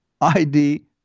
ID